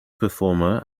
performer